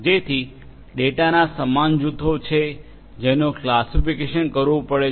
જેથી ડેટાના સમાન જૂથો છે જેનું ક્લાસિફિકેશન કરવું પડે છે